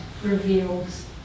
reveals